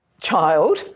child